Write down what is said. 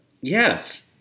Yes